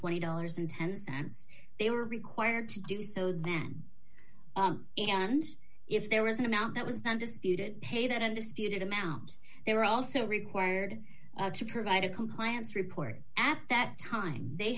twenty dollars in ten's and they were required to do so then and if there was an amount that was then disputed pay that and disputed amount they were also required to provide a compliance report at that time